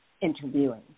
interviewing